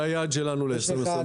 זה היעד שלנו ל-2022.